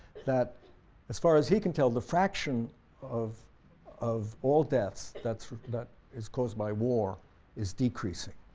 that as far as he can tell the fraction of of all deaths that sort of that is caused by war is decreasing.